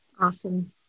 Awesome